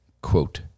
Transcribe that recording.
quote